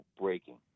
breaking